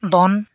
ᱫᱚᱱ